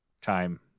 Time